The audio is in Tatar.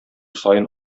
саен